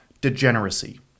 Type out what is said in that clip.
degeneracy